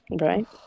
Right